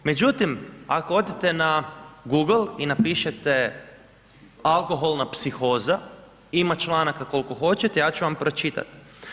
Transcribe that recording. Međutim, ako odete na Google i napišete alkoholna psihoza, ima članaka koliko hoćete, ja ću vam pročitati.